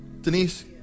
Denise